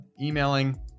emailing